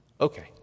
Okay